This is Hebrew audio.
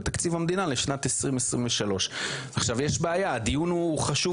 בתקציב המדינה לשנת 2023. עכשיו יש בעיה הדיון הוא חשוב